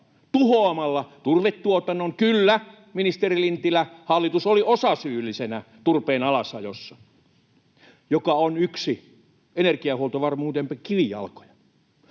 tuhoamalla turvetuotannon. Kyllä, ministeri Lintilä, hallitus oli osasyyllisenä turpeen alasajossa, ja turve on yksi energiahuoltovarmuutemme kivijaloista.